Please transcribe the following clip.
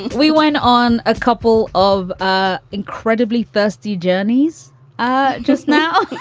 we went on a couple of ah incredibly thirsty journeys ah just now.